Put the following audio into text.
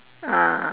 ah